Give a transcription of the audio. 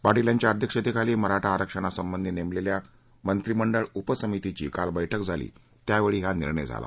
पाटील यांच्या अध्यक्षतेखाली मराठा आरक्षणासबंधी नेमलेल्या मंत्रिमंडळ उपसमितीची काल बैठक झाली त्यावेळी हा निर्णय झाला